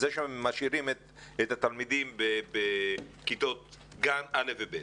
זה שמשאירים את התלמידים בגני הילדים ובכיתת א'-ב'.